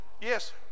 Yes